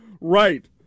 right